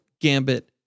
Gambit